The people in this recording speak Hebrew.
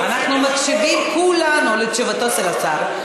אנחנו מקשיבים כולנו לתשובתו של השר,